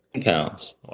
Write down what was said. pounds